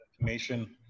information